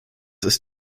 ist